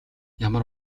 ямар